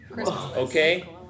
Okay